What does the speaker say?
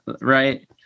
right